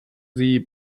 sie